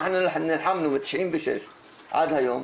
אנחנו נלחמנו ב-96 עד היום,